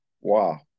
Wow